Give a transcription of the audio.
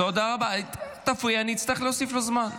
--- אם תפריעי, אני אצטרך להוסיף לו זמן.